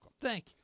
Thank